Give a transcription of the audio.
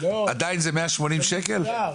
עדיין זה 180 שקלים,